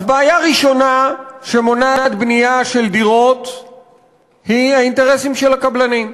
אז בעיה ראשונה שמונעת בנייה של דירות היא האינטרסים של הקבלנים.